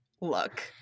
look